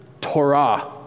torah